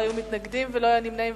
לא היו מתנגדים ולא היו נמנעים.